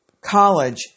College